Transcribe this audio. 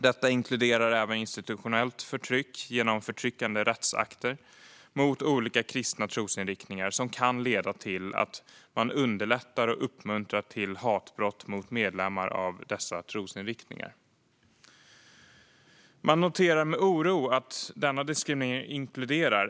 Detta inkluderar även institutionellt förtryck genom förtryckande rättsakter mot olika kristna trosinriktningar, som kan leda till att man underlättar och uppmuntrar till hatbrott mot medlemmar av dessa trosinriktningar. Man noterar med oro att denna diskriminering inkluderar följande.